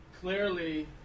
Clearly